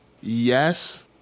Yes